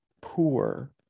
poor